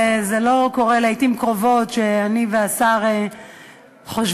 זה לא קורה לעתים קרובות שאני והשר חושבים